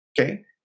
okay